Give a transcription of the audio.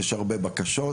יש הרבה בקשות,